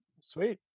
sweet